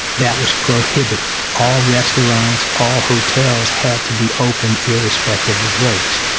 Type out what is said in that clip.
that was prohibited. all restaurants, all hotels had to be open, irrespective of race.